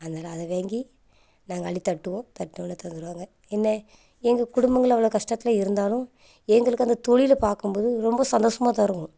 அதனால் அதை வாங்கி நாங்கள் அள்ளி தட்டுவோம் தட்டுனோடனே தந்துடுவாங்க என்ன எங்கள் குடும்பங்களில் அவ்வளோ கஷ்டத்தில் இருந்தாலும் எங்களுக்கு அந்த தொழில பார்க்கும் போது ரொம்ப சந்தோஷமா தான் இருக்கும்